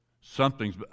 something's